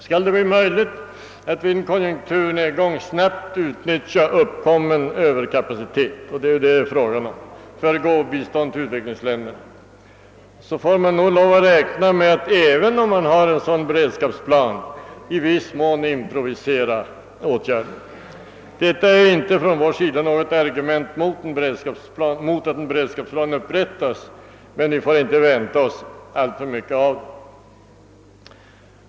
Skall det bli möjligt att vid en konjunkturnedgång snabbt utnyttja uppkommen öÖverkapacitet för gåvobistånd till utvecklingsländerna måste man nog, även om det föreligger en beredskapsplan, finna sig i att i viss mån improvisera. Detta är inte ett argument mot att en beredskapsplan upprättas, men vi får inte vänta oss alltför mycket av den.